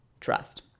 trust